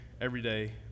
everyday